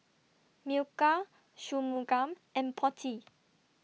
Milkha Shunmugam and Potti